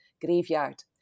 graveyard